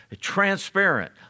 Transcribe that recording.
Transparent